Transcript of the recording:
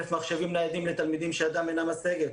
מחשבים ניידים לתלמידים שידם אינה משגת.